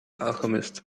alchemist